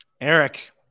Eric